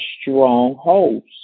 strongholds